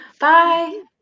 Bye